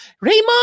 Raymond